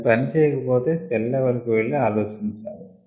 అది పని చేయక పొతే సెల్ లెవల్ కి వెళ్లి ఆలోచించాలి